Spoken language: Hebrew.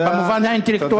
במובן האינטלקטואלי.